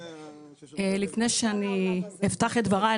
לפני שאני אפתח את דבריי,